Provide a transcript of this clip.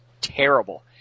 terrible